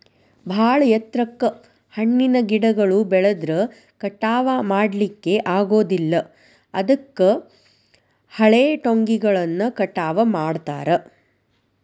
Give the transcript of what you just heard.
ಬಾಳ ಎತ್ತರಕ್ಕ್ ಹಣ್ಣಿನ ಗಿಡಗಳು ಬೆಳದ್ರ ಕಟಾವಾ ಮಾಡ್ಲಿಕ್ಕೆ ಆಗೋದಿಲ್ಲ ಅದಕ್ಕ ಹಳೆಟೊಂಗಿಗಳನ್ನ ಕಟಾವ್ ಮಾಡ್ತಾರ